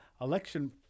election